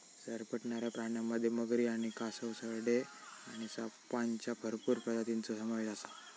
सरपटणाऱ्या प्राण्यांमध्ये मगरी आणि कासव, सरडे आणि सापांच्या भरपूर प्रजातींचो समावेश आसा